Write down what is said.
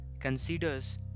considers